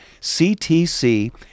CTC